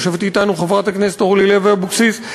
יושבת אתנו חברת הכנסת אורלי לוי אבקסיס,